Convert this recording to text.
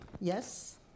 Yes